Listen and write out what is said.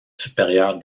supérieure